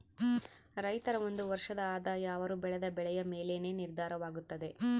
ರೈತರ ಒಂದು ವರ್ಷದ ಆದಾಯ ಅವರು ಬೆಳೆದ ಬೆಳೆಯ ಮೇಲೆನೇ ನಿರ್ಧಾರವಾಗುತ್ತದೆ